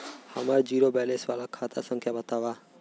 हमार zero balance वाला खाता संख्या वतावा?